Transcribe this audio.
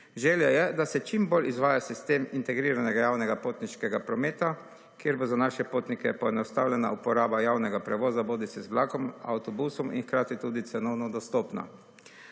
Želja je, da se či bolj izvaja sistem integriranega javnega potniškega prometa, kjer bo za naše potnike poenostavljena uporaba javnega prevoza bodisi z vlakom, avtobusom in hkrati tudi cenovno dostopna.